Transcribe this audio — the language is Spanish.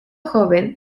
joven